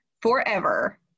forever